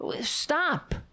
stop